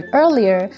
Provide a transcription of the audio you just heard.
earlier